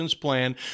plan